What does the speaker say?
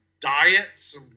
diets